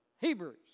Hebrews